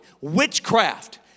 witchcraft